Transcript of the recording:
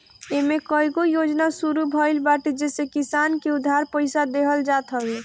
इमे कईगो योजना शुरू भइल बाटे जेसे किसान के उधार पईसा देहल जात हवे